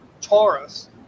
taurus